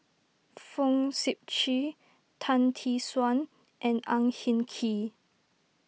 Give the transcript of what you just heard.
Fong Sip Chee Tan Tee Suan and Ang Hin Kee